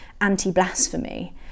anti-blasphemy